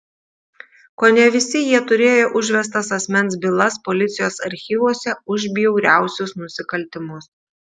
kone visi jie turėjo užvestas asmens bylas policijos archyvuose už bjauriausius nusikaltimus